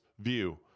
view